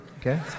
okay